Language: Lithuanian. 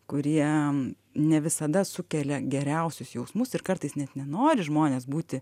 kurie ne visada sukelia geriausius jausmus ir kartais net nenori žmonės būti